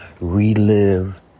relive